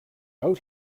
out